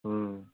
ହଁ